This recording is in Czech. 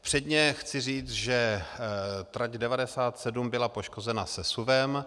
Předně chci říct, že trať 097 byla poškozena sesuvem.